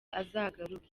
azagaruke